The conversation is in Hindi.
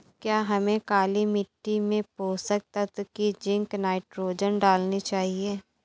क्या हमें काली मिट्टी में पोषक तत्व की जिंक नाइट्रोजन डालनी चाहिए?